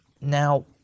now